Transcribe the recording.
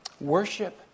Worship